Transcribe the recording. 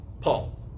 Paul